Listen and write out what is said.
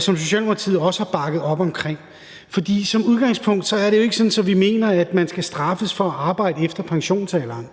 som Socialdemokratiet også har bakket op omkring. For som udgangspunkt er det jo ikke sådan, at jeg mener, at man skal straffes for at arbejde efter pensionsalderen.